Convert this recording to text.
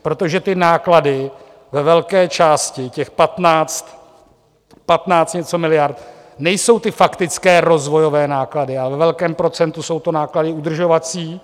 Protože ty náklady ve velké části, těch 15 a něco miliard, nejsou ty faktické rozvojové náklady, ale ve velkém procentu jsou to náklady udržovací.